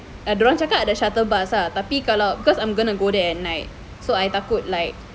dorang cakap ada shuttle bus ah tapi kalau because I'm gonna go there at night so I takut like